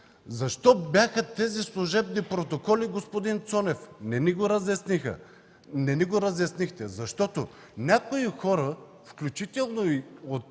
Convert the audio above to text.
Защо бяха тези служебни протоколи, господин Цонев? Не ни го разясниха, не ни го разяснихте. Някои хора, включително и от